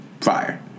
Fire